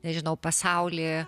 nežinau pasaulį